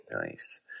nice